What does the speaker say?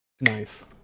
Nice